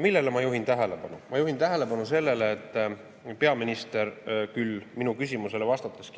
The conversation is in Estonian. Millele ma tähelepanu juhin? Ma juhin tähelepanu sellele, et peaminister küll kinnitas minu küsimusele vastates,